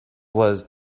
was